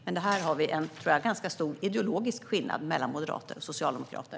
Men här tror jag att vi har en ganska stor ideologisk skillnad mellan moderater och socialdemokrater.